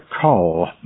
call